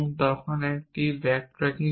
যখন এটি এখানে ব্যাক ট্র্যাকিং হয়